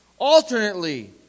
Alternately